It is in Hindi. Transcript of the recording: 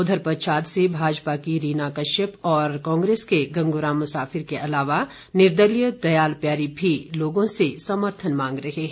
उधर पच्छाद से भाजपा की रीना कश्यप और कांग्रेस के गंगू राम मुसाफिर के अलावा निर्दलीय दयाल प्यारी भी लोगों से समर्थन मांग रहे हैं